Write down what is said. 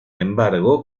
embargo